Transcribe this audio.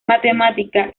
matemática